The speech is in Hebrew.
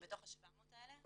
בתוך ה-700 האלה?